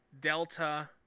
Delta